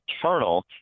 eternal